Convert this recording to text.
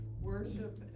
worship